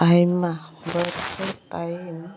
ᱟᱭᱢᱟ ᱵᱚᱨᱥᱟ ᱴᱟᱹᱭᱤᱢ